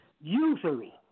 usury